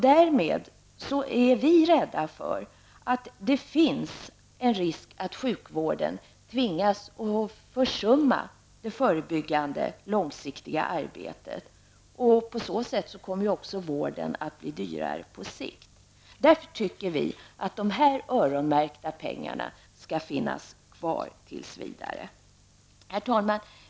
Därmed är vi rädda för att det finns en risk för att sjukvården tvingas försumma det långsiktiga förebyggande arbetet. På så sätt kommer ju vården att bli dyrare på sikt. Därför tycker vi att de här öronmärkta pengarna skall finnas kvar tills vidare. Herr talman!